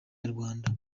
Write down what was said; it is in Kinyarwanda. inyarwanda